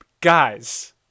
guys